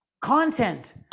Content